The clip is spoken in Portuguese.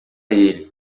ele